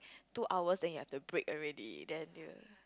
two hours then you have to break already then you